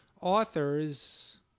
authors